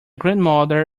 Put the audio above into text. grandmother